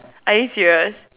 are you serious